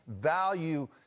value